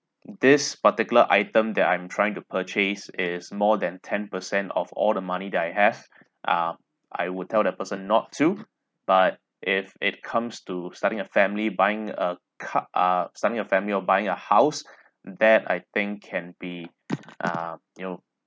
this particular item that I'm trying to purchase is more than ten percent of all the money that I have ah I would tell the person not to but if it comes to starting a family buying a ca~ ah starting a family or buying a house that I think can be uh you know